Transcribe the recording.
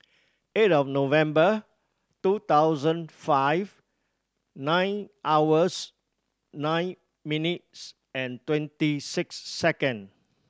eight of November two thousand five nine hours nine minutes and twenty six second